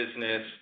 business